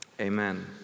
Amen